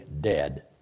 dead